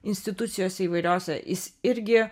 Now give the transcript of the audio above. institucijose įvairiose jis irgi